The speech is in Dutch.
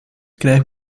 krijgen